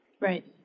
Right